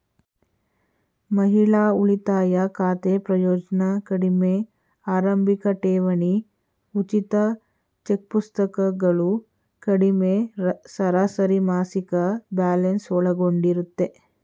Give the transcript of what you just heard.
ಮಹಿಳಾ ಉಳಿತಾಯ ಖಾತೆ ಪ್ರಯೋಜ್ನ ಕಡಿಮೆ ಆರಂಭಿಕಠೇವಣಿ ಉಚಿತ ಚೆಕ್ಪುಸ್ತಕಗಳು ಕಡಿಮೆ ಸರಾಸರಿಮಾಸಿಕ ಬ್ಯಾಲೆನ್ಸ್ ಒಳಗೊಂಡಿರುತ್ತೆ